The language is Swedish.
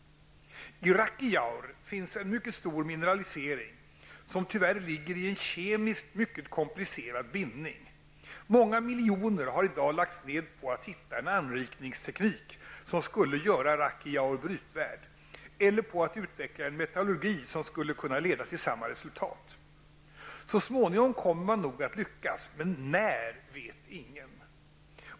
I Rakkijaur finns en mycket stor mineralisering, som tyvärr ligger i en kemiskt mycket komplicerad bindning. Många miljoner har i dag lagts ned på att hitta en anrikningsteknik som skulle göra Rakkijaur brytvärd, eller på att utveckla en metallurgi som skulle kunna leda till samma resultat. Så småningom kommer man nog att lyckas, men när vet ingen.